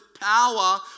power